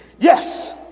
Yes